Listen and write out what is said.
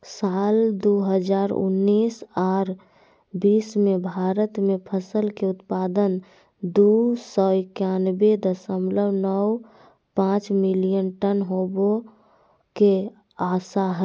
साल दू हजार उन्नीस आर बीस मे भारत मे फसल के उत्पादन दू सौ एकयानबे दशमलव नौ पांच मिलियन टन होवे के आशा हय